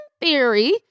theory